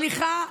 סליחה,